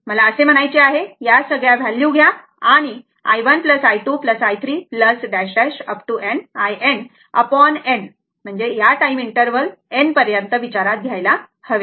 मला असे म्हणायचे आहे या सगळ्या व्हॅल्यू घ्या i1 i 2 i3 - inn या टाईम इंटरव्हल n पर्यंत विचारात घ्यायला हवे